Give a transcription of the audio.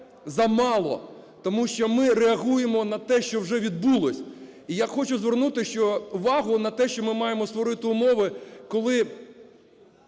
замало, тому що ми реагуємо на те, що вже відбулося. І я хочу звернути увагу на те, що ми маємо створити умови, коли